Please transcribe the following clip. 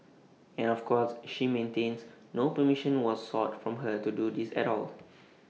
and of course she maintains no permission was sought from her to do this at all